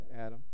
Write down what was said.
Adam